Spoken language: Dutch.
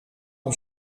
een